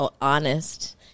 honest